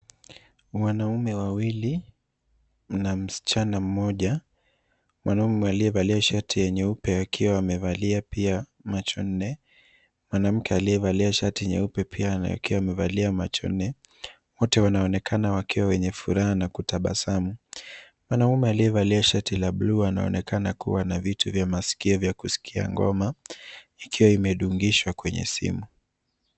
Wanaume wawili na msichana mmoja, mwanaume aliyevalia shati ya nyeupe akiwa amevalia pia macho nne. Mwanamke aliyevalia shati nyeupe pia, akiwa amevalia macho nne. Wote wanaonekana wakiwa wenye furaha na kutabasamu .Mwanaume aliyevalia shati la buluu anaonekana kuwa na vitu vya maskio vya kusikia ngoma, ikiwa imedungishwa kwenye simu.